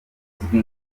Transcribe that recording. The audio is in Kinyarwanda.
uzwi